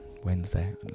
Wednesday